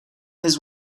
his